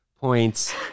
points